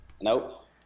Nope